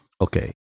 okay